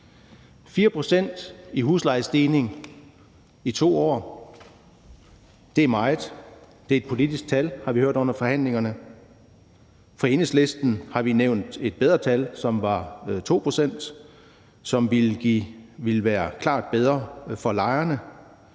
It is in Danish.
i huslejestigning i 2 år er meget. Det er et politisk tal, har vi hørt under forhandlingerne. Fra Enhedslistens side har vi nævnt et bedre tal, som var 2 pct., og som ville være klart bedre for lejerne.